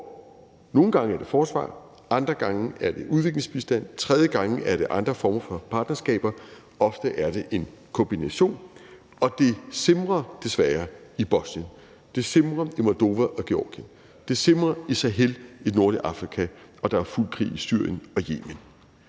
Nogle gange er det forsvaret, andre gange er det udviklingsbistand, og andre gange igen er det andre former for partnerskaber. Ofte er det en kombination. Det simrer desværre i Bosnien, det simrer i Moldova og Georgien, det simrer i Sahel, det nordlige Afrika, og der er fuld krig i Syrien og Yemen.